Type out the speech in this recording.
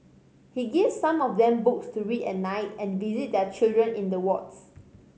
he gives some of them books to read at night and visit their children in the wards